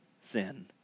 sin